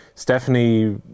Stephanie